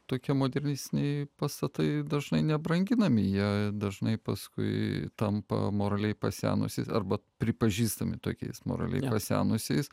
tokie modernistiniai pastatai dažnai nebranginami jie dažnai paskui tampa moraliai pasenusiais arba pripažįstami tokiais moraliai pasenusiais